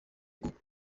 uko